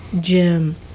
Jim